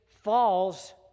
falls